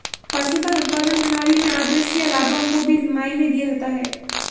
पशुधन उत्पादन प्रणाली में आद्रशिया लाभों को भी मायने दिया जाता है